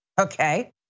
Okay